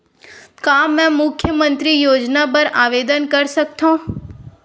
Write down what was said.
का मैं मुख्यमंतरी योजना बर आवेदन कर सकथव?